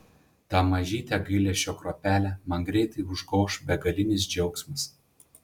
tą mažytę gailesčio kruopelę man greitai užgoš begalinis džiaugsmas